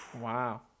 Wow